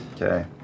Okay